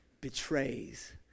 betrays